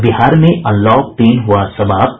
और बिहार में अनलॉक तीन हुआ समाप्त